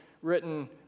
written